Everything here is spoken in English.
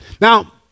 Now